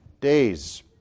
days